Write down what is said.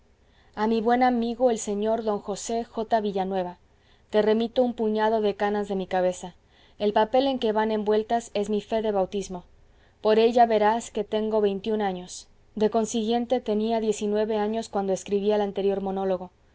a mi buen amigo el sr d josé j villanueva te remito un puñado de canas de mi cabeza el papel en que van envueltas es mi fe de bautismo por ella verás que tengo veintiún años de consiguiente tenía diez y nueve cuando escribi el anterior monólogo